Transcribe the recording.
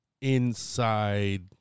inside